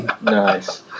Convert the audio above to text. Nice